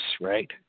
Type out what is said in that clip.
right